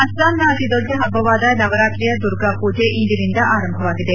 ಅಸ್ನಾಂನ ಅತಿದೊಡ್ಡ ಹಭ್ಲವಾದ ನವರಾತ್ರಿಯ ದುರ್ಗಾ ಪೂಜೆ ಇಂದಿನಿಂದ ಆರಂಭವಾಗಿದೆ